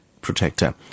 protector